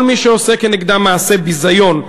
כל מי שעושה כנגדם מעשה ביזיון,